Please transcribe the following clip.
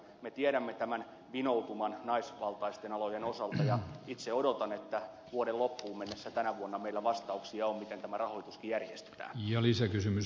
me tiedämme tämän vinoutuman naisvaltaisten alojen osalta ja itse odotan että vuoden loppuun mennessä tänä vuonna meillä vastauksia on miten tämä rahoituskin järjestetään